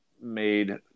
made